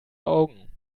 augen